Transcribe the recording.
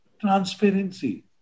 transparency